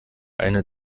eine